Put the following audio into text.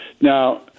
Now